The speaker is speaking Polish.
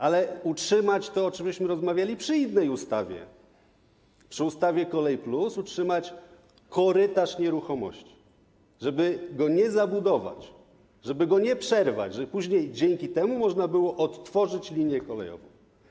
Ale utrzymać to, o czym rozmawialiśmy przy innej ustawie, przy ustawie Kolej+, tzn. korytarz nieruchomości, żeby go nie zabudować, żeby go nie przerwać, żeby później dzięki temu można było odtworzyć linię kolejową.